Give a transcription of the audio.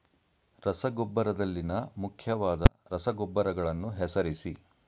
ರಸಗೊಬ್ಬರದಲ್ಲಿನ ಮುಖ್ಯವಾದ ರಸಗೊಬ್ಬರಗಳನ್ನು ಹೆಸರಿಸಿ?